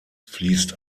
fließt